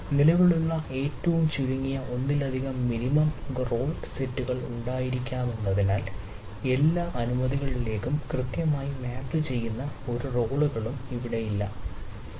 നിലവിലുള്ള ഏറ്റവും ചുരുങ്ങിയ ഒന്നിലധികം മിനിമം റോൾ സെറ്റുകൾ ഉണ്ടായിരിക്കാമെന്നതിനാൽ എല്ലാ അനുമതികളിലേക്കും കൃത്യമായി മാപ്പ് ചെയ്യുന്ന ഒരു റോളുകളും ഇവിടെ നിലവിലില്ല